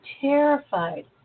terrified